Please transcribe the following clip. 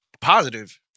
Positive